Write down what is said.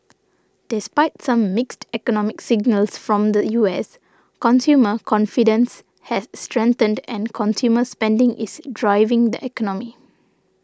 despite some mixed economic signals from the U S consumer confidence has strengthened and consumer spending is driving the economy